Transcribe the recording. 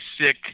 sick